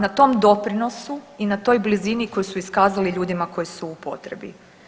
Na tom doprinosu i na toj blizini koju su iskazali ljudima koji su u potrebi.